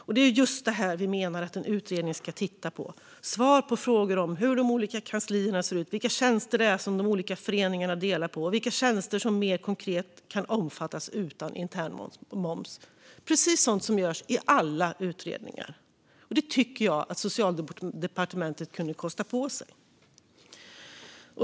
Vi menar att det är just det här som en utredning ska titta på och besvara. Det handlar till exempel om hur de olika kanslierna ser ut, vilka tjänster det är som de olika föreningarna delar på och vilka tjänster mer konkret som kan omfattas utan internmoms - precis sådant som görs i alla utredningar. Det tycker jag att Socialdepartementet kunde kosta på sig.